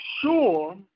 sure